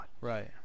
Right